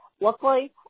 Luckily